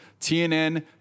TNN